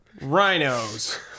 Rhinos